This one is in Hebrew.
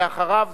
ואחריו,